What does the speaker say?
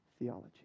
Theology